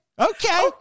Okay